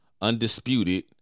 Undisputed